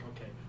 okay